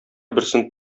берсен